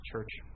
church